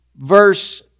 verse